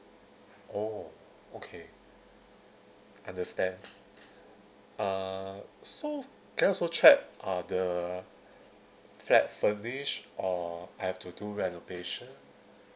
oh okay understand uh so can I also check are the flat furnished or I have to do renovation